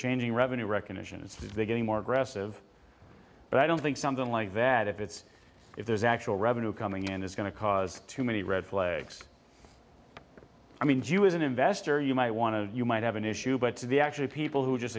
changing revenue recognition it's beginning more aggressive but i don't think something like that if it's if there's actual revenue coming in is going to cause too many red flags i mean you as an investor you might want to you might have an issue but to the actually people who just